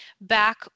back